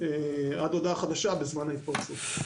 עד הודעה חדשה בזמן ההתפרצות.